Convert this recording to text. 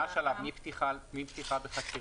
מה השלב מפתיחה בחקירה?